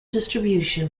distribution